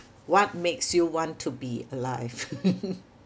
what makes you want to be alive